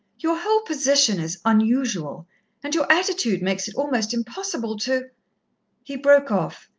your whole position is unusual and your attitude makes it almost impossible to he broke off.